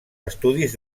estudis